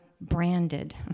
branded